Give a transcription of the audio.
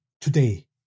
today